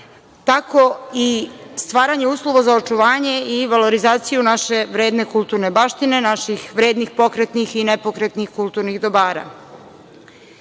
tako i stvaranje uslova za očuvanje i valorizaciju naše vredne kulturne baštine, naših vrednih pokretnih i nepokretnih kulturnih dobara. Mi